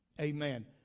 Amen